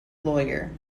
lawyer